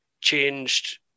changed